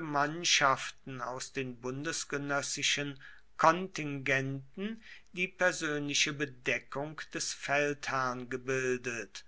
mannschaften aus den bundesgenössischen kontingenten die persönliche bedeckung des feldherrn gebildet